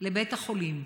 לבית החולים.